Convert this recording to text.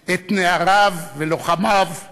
הזה/ את נעריו ולוחמיו/